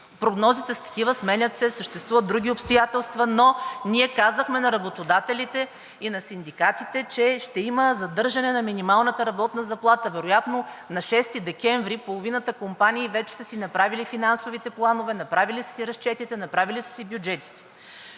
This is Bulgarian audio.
Прогнозите са такива – сменят се, съществуват други обстоятелства. Но ние казахме на работодателите и на синдикатите, че ще има задържане на минималната работна заплата. Вероятно на 6 декември половината компании вече са си направили финансовите планове, направили са си разчетите, направили са си бюджетите.